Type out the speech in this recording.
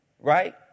right